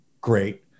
great